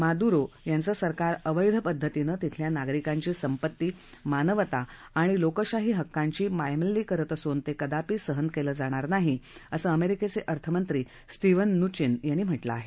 Maduro यांचं सरकार अवधिपद्धतीनं तिथल्या नागरिकांची संपत्ती मानवता आणि लोकशाही हक्कांची पायमल्ली करत असून ते कदापी सहन केलं जाणार नाही असं अमेरिकेचे अर्थमंत्री स्टीव्हन नूषीन यांनी म्हटलं आहे